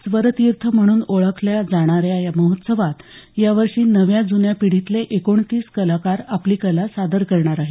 स्वरतीर्थ म्हणून ओळखल्या जाणाऱ्या या महोत्सवात यावर्षी नव्या जुन्या पिढीतले एकोणतीस कलाकार आपली कला सादर करणार आहेत